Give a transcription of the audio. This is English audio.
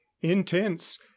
intense